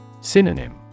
Synonym